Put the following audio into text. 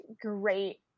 great